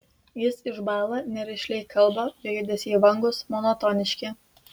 jis išbąla nerišliai kalba jo judesiai vangūs monotoniški